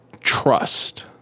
trust